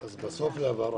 הבהרה